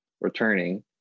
returning